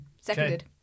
Seconded